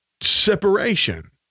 separation